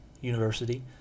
University